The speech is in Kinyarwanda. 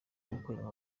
gukorera